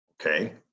Okay